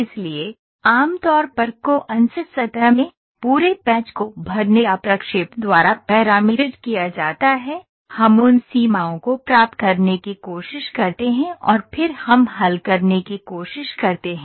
इसलिए आम तौर पर कॉन्स सतह में पूरे पैच को भरने या प्रक्षेप द्वारा पैरामीरिड किया जाता है हम उन सीमाओं को प्राप्त करने की कोशिश करते हैं और फिर हम हल करने की कोशिश करते हैं